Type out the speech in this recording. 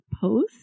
post